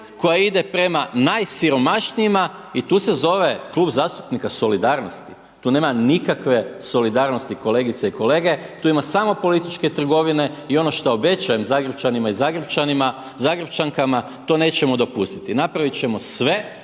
koja ide prema najsiromašnijima i tu se zove Klub zastupnika Solidarnosti, tu nema nikakve solidarnosti kolegice i kolege, tu ima samo političke trgovine i ono što običajem Zagrepčanima i Zagrepčankama to nećemo dopustiti. Napraviti ćemo sve,